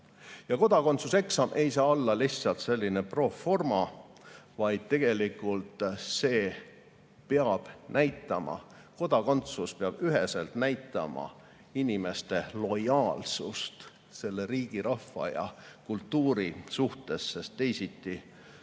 kodakondsuseksam ei saa olla lihtsalt sellinepro forma, vaid tegelikult see peab näitama, kodakondsus peab üheselt näitama inimeste lojaalsust selle riigi, rahva ja kultuuri suhtes, sest teisiti ei saaks